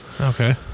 Okay